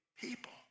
People